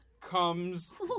comes